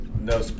no